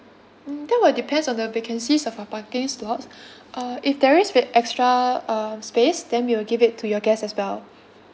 um that will depends on the vacancies of our parking slots uh if there is with extra uh space then we will give it to your guest as well